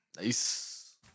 Nice